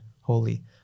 holy